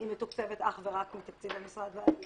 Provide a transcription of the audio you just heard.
היא מתוקצבת אך ורק מתקציב המשרד להגנת הסביבה,